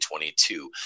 2022